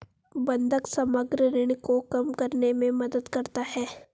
बंधक समग्र ऋण को कम करने में मदद करता है